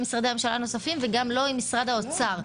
משרדי הממשלה הנוספים וגם לא עם משרד האוצר.